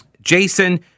Jason